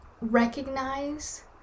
recognize